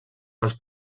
les